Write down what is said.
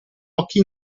occhi